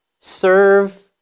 Serve